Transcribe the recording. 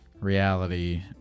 ...reality